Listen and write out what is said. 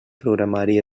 programari